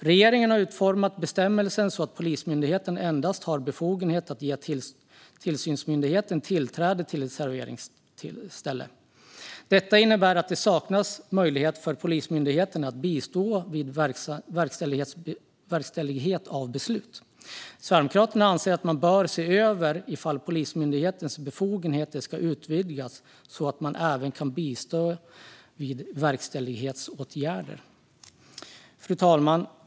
Regeringen har utformat bestämmelsen så att Polismyndigheten endast har befogenhet att ge tillsynsmyndigheten tillträde till ett serveringsställe. Detta innebär att det saknas möjlighet för Polismyndigheten att bistå vid verkställighet av beslut. Sverigedemokraterna anser att man bör se över ifall Polismyndighetens befogenheter ska utvidgas så att man även kan bistå vid verkställighetsåtgärder. Fru talman!